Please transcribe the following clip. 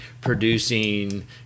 producing